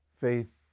faith